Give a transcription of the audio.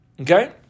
Okay